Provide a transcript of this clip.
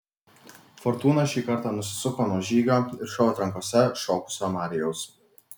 fortūna šį kartą nusisuko nuo žygio ir šou atrankose šokusio marijaus